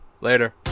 Later